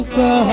go